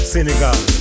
Senegal